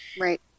Right